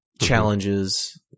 Challenges